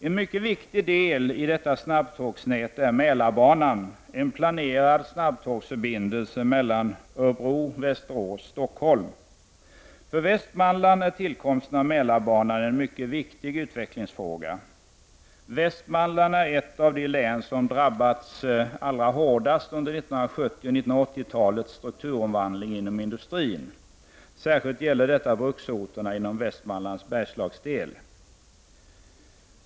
En mycket viktig del av detta snabbtågsnät är Mälarbanan, en planerad snabbtågsförbindelse mellan Örebro, Västerås och Stockholm. För Västmanland är tillkomsten av Mälarbanan en mycket viktig utvecklingsfråga. Västmanland är ett av de län som har drabbats allra hårdast under 1970-talets och 1980-talet strukturomvandling inom industrin. Särskilt gäller detta bruksorterna inom Västmanlands bergslagsdel.